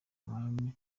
umwami